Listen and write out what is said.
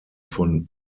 von